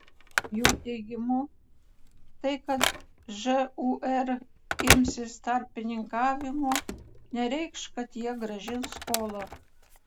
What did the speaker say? jo teigimu tai kad žūr imsis tarpininkavimo nereikš kad jie grąžins skolą